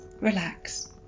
relax